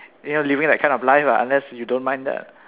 you know living that kind of life lah unless you don't mind that lah